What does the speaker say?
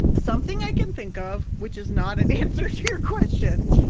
something i can think of, which is not an answer to your questions,